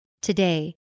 Today